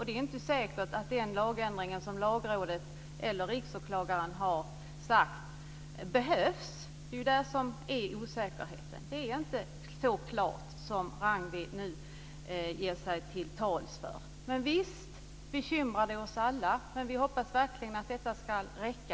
Det är inte säkert att den lagändring som Lagrådet eller Riksåklagaren har förordat behövs. Det är där osäkerheten ligger. Det är inte så klart som Ragnwi nu ger uttryck för att det är. Visst bekymrar detta oss alla, men vi hoppas verkligen att detta ska räcka.